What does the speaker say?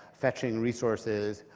fetching resources,